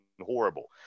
horrible